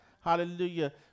Hallelujah